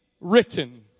written